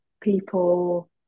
people